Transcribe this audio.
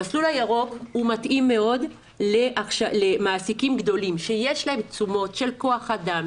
המסלול הירוק מתאים מאוד למעסיקים גדולים שיש להם תשומות של כוח אדם,